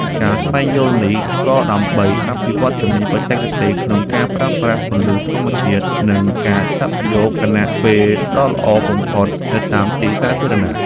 ការស្វែងយល់នេះ ក៏ដើម្បីអភិវឌ្ឍជំនាញបច្ចេកទេសក្នុងការប្រើប្រាស់ពន្លឺធម្មជាតិ និងការចាប់យកខណៈពេលដ៏ល្អបំផុតនៅតាមទីសាធារណៈ។